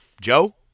Joe